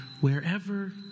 wherever